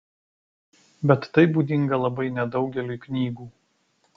bet tai būdinga labai nedaugeliui knygų